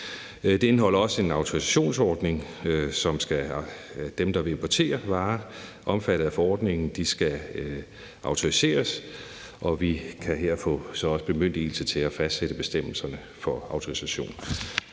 Det indeholder også en autorisationsordning, hvor dem, der vil importere varer omfattet af forordningen, skal autoriseres, og vi kan så her også få en bemyndigelse til at fastsætte bestemmelserne for autorisationen.